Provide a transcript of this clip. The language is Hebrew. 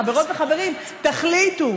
חברות וחברים, תחליטו.